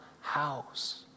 house